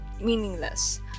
meaningless